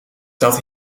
dat